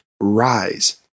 rise